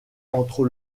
entre